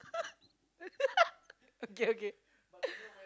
okay okay